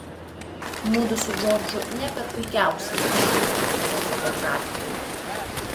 mudu su džordžu ne per puikiausiai išėjome toje fotografijoje